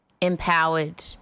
empowered